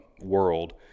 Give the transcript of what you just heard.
world